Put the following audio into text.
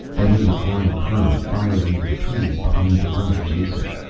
then he was lying prone, firing into the trees behind the running jason.